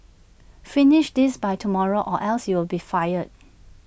finish this by tomorrow or else you'll be fired